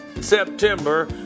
September